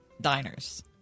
diners